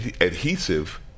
adhesive